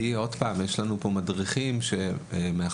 כי יש לנו פה מדריכים שמפוקחים,